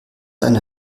eine